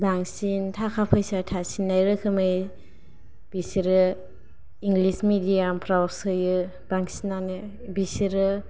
बांसिन ताका पैसा थासिननाय रोखोमै बिसोरो इंलिश मिडियामफ्राव सोयो बांसिनानो बिसोरो